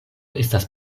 estas